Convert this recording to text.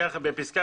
בפסקה